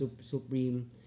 supreme